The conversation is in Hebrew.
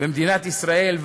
במדינת ישראל,